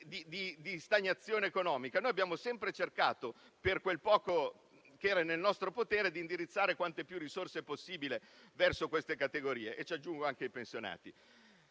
di stagnazione economica noi abbiamo sempre cercato, per quel poco che era nel nostro potere, di indirizzare quante più risorse possibile verso queste categorie e ci aggiungo anche i pensionati.